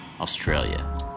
Australia